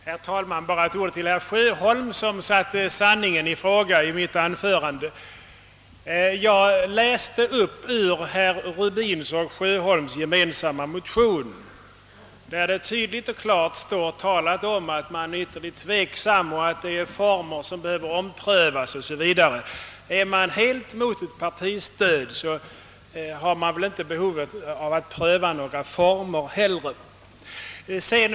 Herr talman! Bara ett ord till herr Sjöholm, som ifrågasatte sanningen i mitt anförande! Jag citerade herrar Rubins och Sjöholms gemensamma motion, där det tydligt och klart talas om att man är »ytterligt tveksam», att »former behöver omprövas» 0. s. v. Är man helt mot ett partistöd, har man väl inte heller behov av att pröva några former.